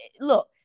look